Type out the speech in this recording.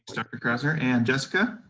dr. krasner. and jessica?